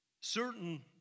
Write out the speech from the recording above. certain